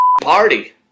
party